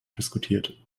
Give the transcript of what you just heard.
diskutiert